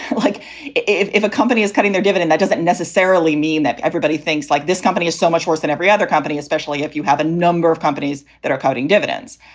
like if a company is cutting their dividend, that doesn't necessarily mean that everybody thinks like this company is so much worse than every other company, especially if you have a number of companies that are cutting dividends.